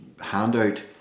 handout